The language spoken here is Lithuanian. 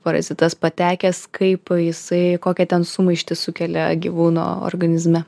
parazitas patekęs kaip jisai kokią ten sumaištį sukelia gyvūno organizme